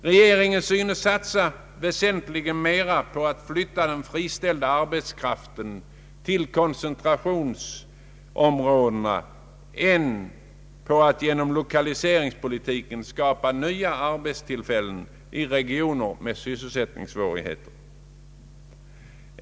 Regeringen synes satsa väsentligt mera på att flytta den friställda arbetskraften till koncentrationsområdena än på att genom lokaliseringspolitiken skapa nya arbetstillfällen i regioner med sysselsättningssvårigheter.